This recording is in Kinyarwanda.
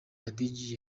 hadji